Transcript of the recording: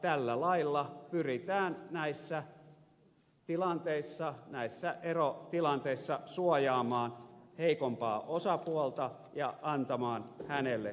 tällä lailla pyritään näissä erotilanteissa suojaamaan heikompaa osapuolta ja antamaan hänelle oikeutta